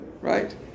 right